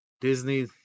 Disney